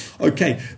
Okay